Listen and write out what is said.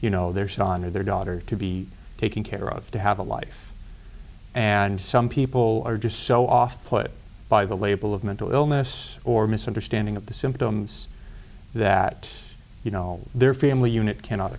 you know their seanad their daughter to be taken care of to have a life and some people are just so off put by the label of mental illness or misunderstanding of the symptoms that you know their family unit cannot